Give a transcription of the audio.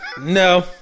No